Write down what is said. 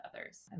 others